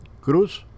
Cruz